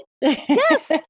Yes